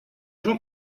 jean